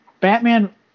Batman